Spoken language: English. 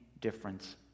difference